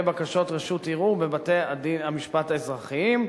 בקשות רשות ערעור בבתי-המשפט האזרחיים.